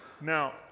Now